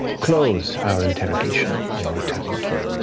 close our interrogation and return him to you.